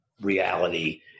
reality